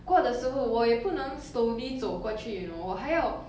过的时候我也不能 slowly 走过去 you know 我还要